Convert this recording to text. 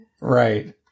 Right